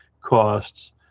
costs